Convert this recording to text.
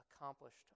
accomplished